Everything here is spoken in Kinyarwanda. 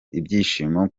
ibyishimo